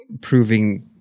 proving